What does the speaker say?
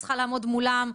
את צריכה לעמוד מולם.